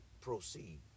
proceed